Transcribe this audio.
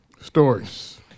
Stories